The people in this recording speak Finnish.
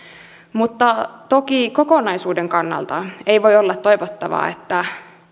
mutta toki kokonaisuuden kannalta ei voi olla toivottavaa että